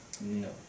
No